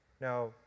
Now